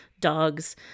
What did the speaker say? dogs